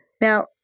Now